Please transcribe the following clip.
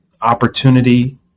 opportunity